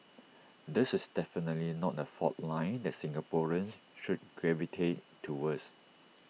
this is definitely not A fault line that Singaporeans should gravitate towards